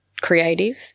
creative